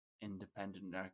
independent